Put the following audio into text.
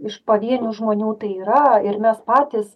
iš pavienių žmonių tai yra ir mes patys